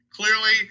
Clearly